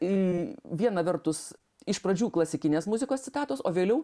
į viena vertus iš pradžių klasikinės muzikos citatos o vėliau